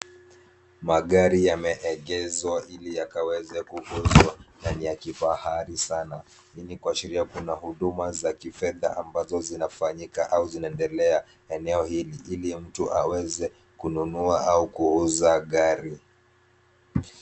Magari yameegezwa ili yakaweze kukuzwa na ni ya kifahari sana. Hii ni kuasheria kuna huduma za kifedha ambazo zinafanyika au zinaendelea eneo hili mtu aweze kununua au kuuza gari.